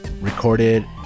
recorded